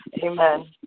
Amen